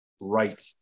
Right